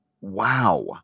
wow